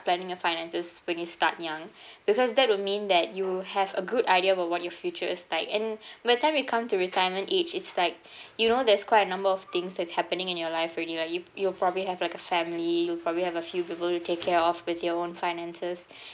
planning your finances when you start young because that would mean that you have a good idea about what your future is like and by time you come to retirement age it's like you know there's quite a number of things that's happening in your life where do you like you you'll probably have like a family you'll probably have a few people to take care of with your own finances